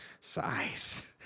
size